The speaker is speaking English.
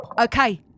Okay